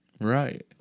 Right